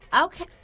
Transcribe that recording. okay